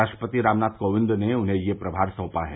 राष्ट्रपति रामनाथ कोविंद ने उन्हें यह प्रभार सौपा है